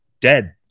dead